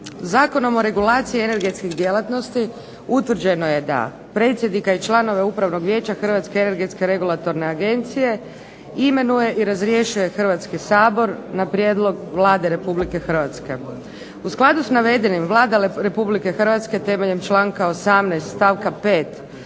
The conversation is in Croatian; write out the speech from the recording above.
Zakonom o regulaciji energetskih djelatnosti utvrđeno je da predsjednika i članove Upravnog vijeća Hrvatske energetske regulatorne agencije imenuje i razrješuje Hrvatski sabor na prijedlog Vlade Republike Hrvatske. U skladu sa navedenim Vlada Republike Hrvatske temeljem članka 18. stavka 5.